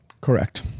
Correct